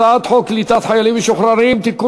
הצעת חוק קליטת חיילים משוחררים (תיקון,